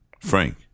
Frank